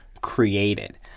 created